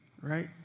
right